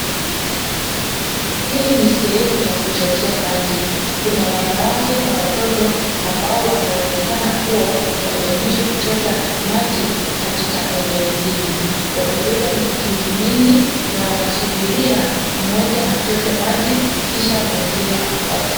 Hii ni sehemu ya kuchotea maji. Kuna wanawake na watoto ambao wanaonekana kuwa wamekuja kuchota maji katika eneo hili. Wamebeba mitungi mingi na wanasubiria mmoja achote maji kisha mwingine afuate.